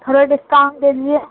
تھوڑا ڈسکاونٹ دے دیجیے